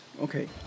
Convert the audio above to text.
Okay